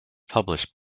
published